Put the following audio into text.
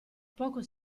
poco